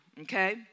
okay